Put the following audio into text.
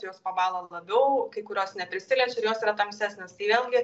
jos pabąla labiau kai kurios neprisiliečia ir jos yra tamsesnės tai vėlgi